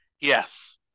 Yes